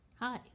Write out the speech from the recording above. Hi